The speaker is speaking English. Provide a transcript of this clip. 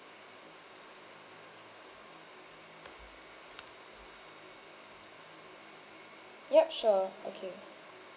yup sure okay